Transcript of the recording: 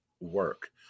work